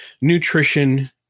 nutrition